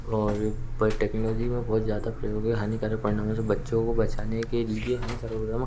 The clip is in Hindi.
और पर टेक्नोलोजी में बहुत ज़्यादा प्रयोग है हानिकारक पड़ना में वैसे बच्चों को बचाने के लिए हमें सर्वप्रथम